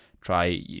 try